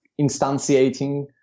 instantiating